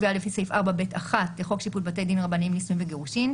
תביעה לפי סעיף 4ב1 לחוק שיפוט בתי דין רבניים (נישואין וגירושין),